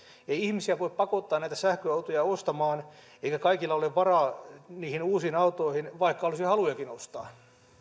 ei ihmisiä voi pakottaa näitä sähköautoja ostamaan eikä kaikilla ole varaa niihin uusiin autoihin vaikka olisi halujakin ostaa